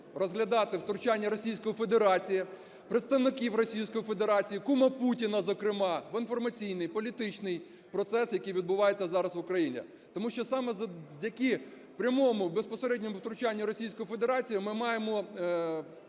розглядати втручання Російської Федерації, представників Російської Федерації, кума Путіна зокрема, в інформаційний, політичний процес, який відбувається зараз в Україні. Тому що саме завдяки прямому безпосередньому втручанню Російської Федерації ми маємо